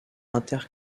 inter